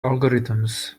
algorithms